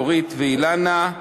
אורית ואילנה,